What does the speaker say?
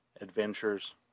adventures